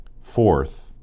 Fourth